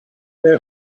their